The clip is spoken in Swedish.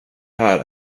här